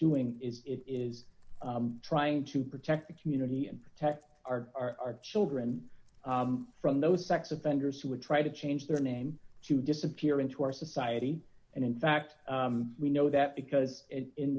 doing is it is trying to protect the community and protect our children from those sex offenders who would try to change their name to disappear into our society and in fact we know that because it in